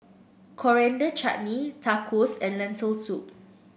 Coriander Chutney Tacos and Lentil Soup